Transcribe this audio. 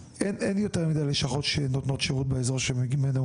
מעבר לכל מה ששמענו על גמלה ועל כל מה שמסביב.